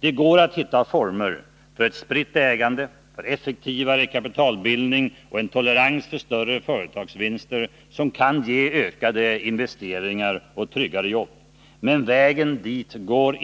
Det går att hitta former för ett spritt ägande, effektivare kapitalbildning och en tolerans för större företagsvinster som kan ge ökade investeringar och tpolitik som har pressat upp hyrorna och matpriserna,